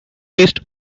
list